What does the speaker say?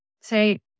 say